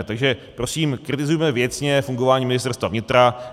Takže prosím kritizujme věcně fungování Ministerstva vnitra.